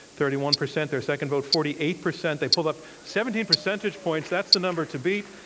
thirty one percent. their second vote, forty eight percent. they pulled up seventeen percentage points. that's the number to beat.